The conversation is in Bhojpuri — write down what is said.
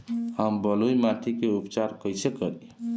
हम बलुइ माटी के उपचार कईसे करि?